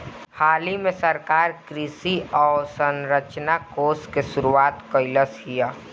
हालही में सरकार कृषि अवसंरचना कोष के शुरुआत कइलस हियअ